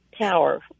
tower